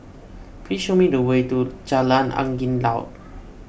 please show me the way to Jalan Angin Laut